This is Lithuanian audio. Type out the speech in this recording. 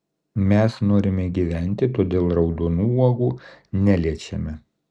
mes norime gyventi todėl raudonų uogų neliečiame